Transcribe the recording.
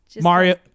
Mario